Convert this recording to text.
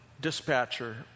dispatcher